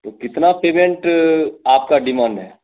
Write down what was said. तो कितना पेमेंट आपका डिमांड है